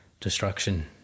destruction